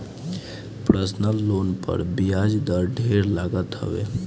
personal loan पर बियाज दर ढेर लागत हवे